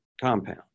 compound